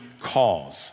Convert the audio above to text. cause